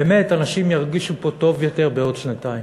באמת אנשים ירגישו פה טוב יותר בעוד שנתיים.